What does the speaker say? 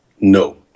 no